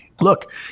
Look